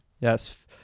Yes